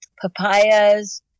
papayas